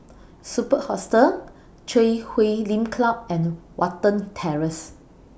Superb Hostel Chui Huay Lim Club and Watten Terrace